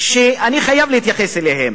שאני חייב להתייחס אליהם.